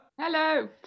Hello